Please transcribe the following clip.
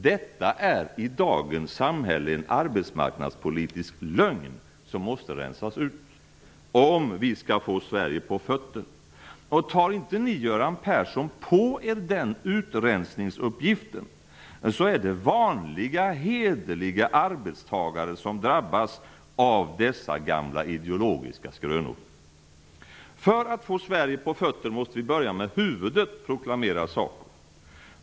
Detta är i dagens samhälle en arbetsmarknadspolitisk lögn som måste rensas ut om vi skall få Sverige på fötter. Om inte ni, Göran Persson, tar på er den utrensningsuppgiften, så är det vanliga och hederliga arbetstagare som drabbas av dessa gamla ideologiska skrönor. För att få Sverige på fötter måste vi börja med huvudet, proklamerar SACO.